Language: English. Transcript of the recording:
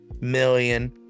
million